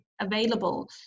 available